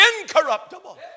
incorruptible